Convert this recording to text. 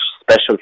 special